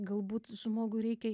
galbūt žmogui reikia